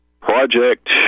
Project